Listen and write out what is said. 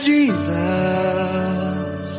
Jesus